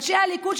אנשי הליכוד,